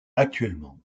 actuellement